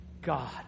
God